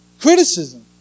Criticism